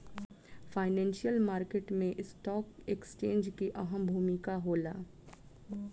financial market में stock exchange के अहम भूमिका होला